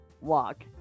walk